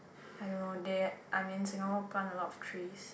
I don't know they I mean Singapore plant a lot of trees